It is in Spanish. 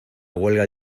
huelga